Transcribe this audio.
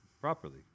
properly